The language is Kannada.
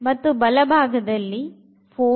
ಮತ್ತು ಬಲಭಾಗದಲ್ಲಿ4 1 ಇರುತ್ತದೆ